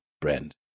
brand